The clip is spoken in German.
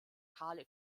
kahle